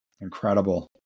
Incredible